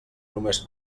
només